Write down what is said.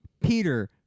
Peter